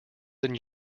than